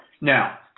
Now